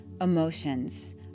emotions